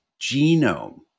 genome